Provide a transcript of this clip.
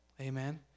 Amen